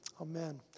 Amen